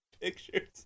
pictures